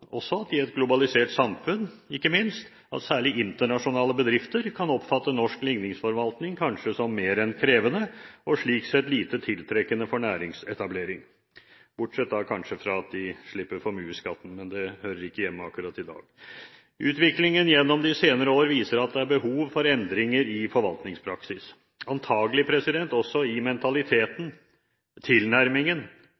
at, ikke minst i et globalisert samfunn, særlig internasjonale bedrifter kan oppfatte norsk ligningsforvaltning som mer enn krevende og slik sett lite tiltrekkende for næringsetablering – kanskje bortsett fra at de slipper formuesskatten, men det hører ikke hjemme her akkurat i dag. Utviklingen gjennom de senere år viser at det er behov for endringer i forvaltningspraksis, antakelig også i mentaliteten,